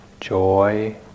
joy